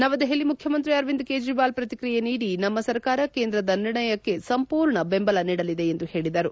ನವದೆಹಲಿ ಮುಖ್ಡಮಂತ್ರಿ ಅರವಿಂದ್ ಕೇಜ್ರವಾಲ್ ಪ್ರತಿಕ್ರಿಯೆ ನೀಡಿ ನಮ್ಮ ಸರಕಾರ ಕೇಂದ್ರದ ನಿರ್ಣಯಕ್ಕೆ ಸಂಪೂರ್ಣ ಬೆಂಬಲ ನೀಡಲಿದೆ ಎಂದು ಹೇಳಿದರು